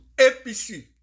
APC